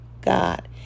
god